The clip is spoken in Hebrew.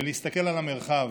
ולהסתכל על המרחב: